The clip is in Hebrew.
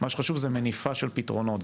מה שחשוב זה מניפה של פתרונות.